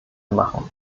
machen